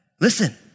listen